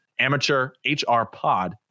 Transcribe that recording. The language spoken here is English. AmateurHRPod